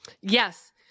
Yes